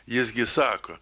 jis gi sako